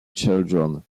children